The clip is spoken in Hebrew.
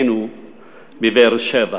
בבאר-שבע.